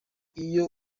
iyo